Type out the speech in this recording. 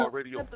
Radio